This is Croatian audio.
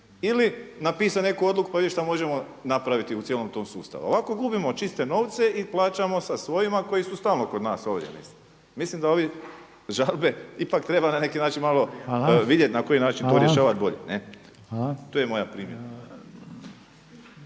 ili napisati neku odluku pa vidjeti šta možemo napraviti u cijelom tom sustavu. Ovako gubimo čiste novce i plaćamo sa svojima koji su stalno kod nas ovdje … Mislim da ove žalbe ipak treba na neki način malo vidjeti na koji način to rješavati bolje. **Reiner,